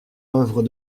oeuvre